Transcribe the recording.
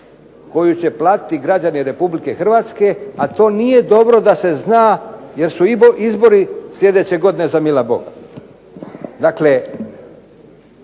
koju će platiti građani RH, jer to nije dobro da se zna jer su izbori sljedeće godine za mila Boga.